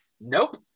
Nope